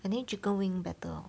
I think chicken wing better